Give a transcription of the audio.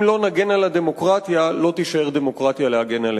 אם לא נגן על הדמוקרטיה לא תישאר דמוקרטיה להגן עלינו.